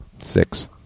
Six